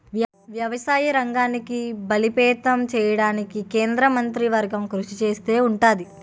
వ్యవసాయ రంగాన్ని బలోపేతం చేయడానికి కేంద్ర మంత్రివర్గం కృషి చేస్తా ఉంటది